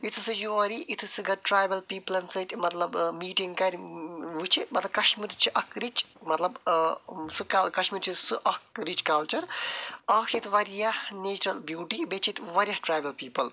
یِتھُے سُہ یور یی یِتھُے سُہ کَرِ ٹرٛایبَل پٮیٖپٕلَن سۭتۍ مطلب ٲں میٖٹِنٛگ کرِ وُچھہِ مطلب کَشمیٖر چھُ اَکھ رِچ مطلب ٲں سُہ کَشمیٖر چھُ سُہ اَکھ رِچ کَلچر اَکھ چھِ ییٚتہِ واریاہ نیچرَل بیٛوٹی بیٚیہِ چھِ ییٚتہِ واریاہ ٹرٛایبَل پیٖپٕل